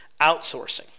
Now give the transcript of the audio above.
outsourcing